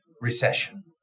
recession